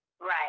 Right